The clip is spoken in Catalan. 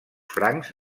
francs